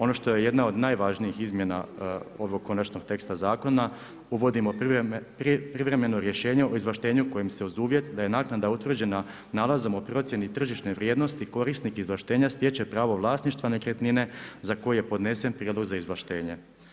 Ono što je jedna od najvažnijih izmjena ovog konačnog teksta zakona, uvodimo privremeno rješenje o izvlaštenju, kojim se uz uvjet, da je naknada utvrđena nalazom o procijeni tržišne vrijednosti korisnik izvlaštenja stječe pravo vlasništva nekretnine za koju je podnesen prijedlog za izvlaštenja.